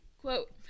quote